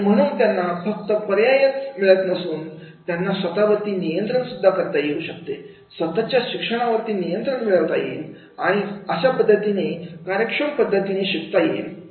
आणि म्हणून त्यांना फक्त पर्यायच मिळत नसून त्यांना स्वतःवरती नियंत्रण सुद्धा करता येऊ शकते स्वतःच्या शिक्षणा वरती नियंत्रण मिळवता येईल आणि अशा पद्धतीने कार्यक्षम पद्धतीने शिकता येईल